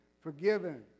forgiven